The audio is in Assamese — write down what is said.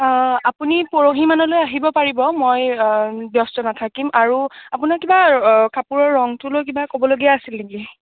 আপুনি পৰহি মানলৈ আহিব পাৰিব মই ব্যস্ত নাথাকিম আৰু আপোনাৰ কিবা কাপোৰৰ ৰংটো লৈ কিবা ক'বলগীয়া আছিল নেকি